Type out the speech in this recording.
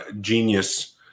genius